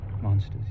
Monsters